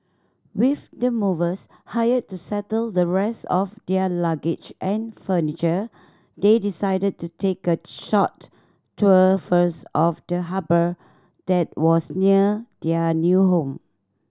with the movers hired to settle the rest of their luggage and furniture they decided to take a short tour first of the harbour that was near their new home